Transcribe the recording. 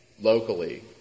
locally